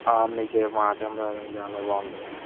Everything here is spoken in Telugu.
మీకు ఏమి మాట ఏమి రాదండి చాలా బాగుంటుంది అండి